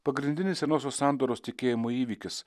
pagrindinis senosios sandoros tikėjimo įvykis